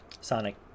Sonic